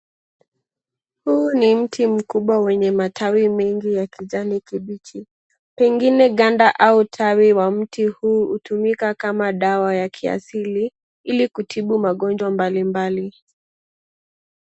Huu ni mti mkubwa wenye matawi mingi ya kijani kibichi, pengine ganda au tawi wa mti huu hutumika kama dawa ya kiasili ili kutibu magonjwa mbali mbali.